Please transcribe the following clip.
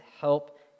help